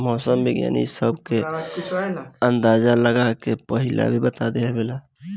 मौसम विज्ञानी इ सब के अंदाजा लगा के पहिलहिए बता देवेला